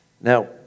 Now